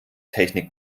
technik